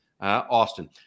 Austin